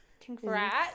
Congrats